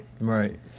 Right